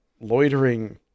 loitering